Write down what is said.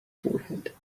forehead